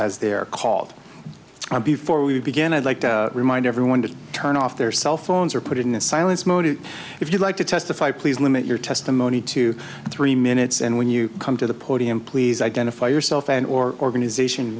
as they're called before we begin i'd like to remind everyone to turn off their cell phones or put it in the silence mode if you like to testify please limit your testimony to three minutes and when you come to the podium please identify yourself and or organization